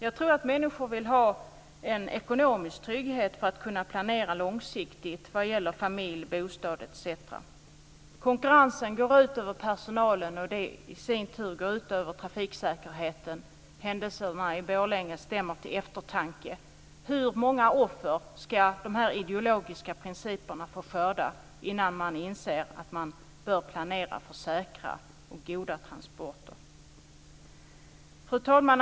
Jag tror att människor vill ha en ekonomisk trygghet för att kunna planera långsiktigt vad gäller familj, bostad etc. Konkurrensen går ut över personalen, och detta går i sin tur ut över trafiksäkerheten. Händelserna i Borlänge stämmer till eftertanke. Hur många offer ska de ideologiska principerna få skörda innan man inser att man bör planera för säkra och goda transporter? Fru talman!